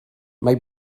mae